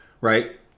Right